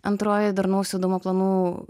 antroji darnaus judumo planų